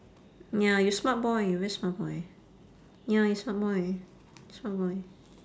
ya you smart boy you very smart boy ya you smart boy smart boy